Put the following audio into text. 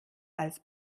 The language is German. als